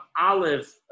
olive